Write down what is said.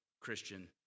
Christian